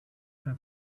her